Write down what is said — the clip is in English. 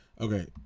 okay